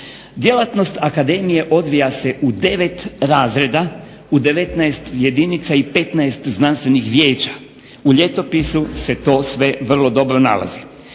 Djelatnost akademije odvija se u 9 razreda, u 19 jedinica i 15 znanstvenih vijeća. U Ljetopisu se to sve vrlo dobro nalazi.